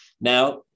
Now